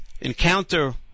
encounter